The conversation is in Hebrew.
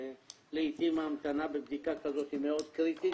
ולעתים ההמתנה בבדיקה כזאת היא מאוד קריטית